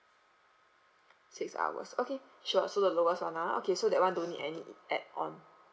six hours okay sure so the lowest one ah okay so that one don't need any add on